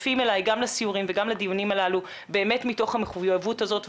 מתחילים לציין היום את החודש של המאבק בסמים